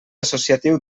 associatiu